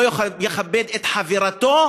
לא יכבד את חברתו.